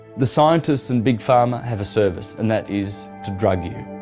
the scientist and big pharma have a service and that is to drug you.